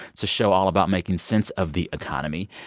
it's a show all about making sense of the economy.